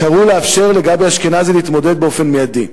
קראו לאפשר לגבי אשכנזי להתמודד באופן מיידי.